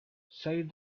said